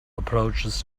approaches